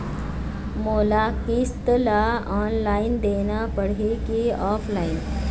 मोला किस्त ला ऑनलाइन देना पड़ही की ऑफलाइन?